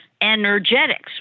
energetics